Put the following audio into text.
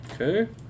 Okay